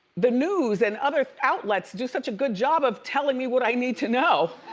the news and other outlets do such a good job of telling me what i need to know.